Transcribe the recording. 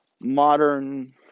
modern